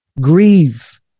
grieve